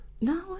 No